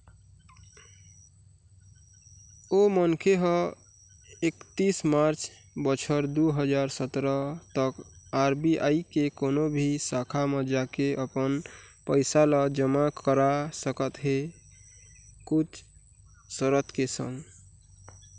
ओ मनखे ह एकतीस मार्च बछर दू हजार सतरा तक आर.बी.आई के कोनो भी शाखा म जाके अपन पइसा ल जमा करा सकत हे कुछ सरत के संग